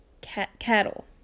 cattle